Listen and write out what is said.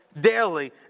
daily